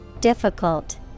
Difficult